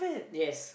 yes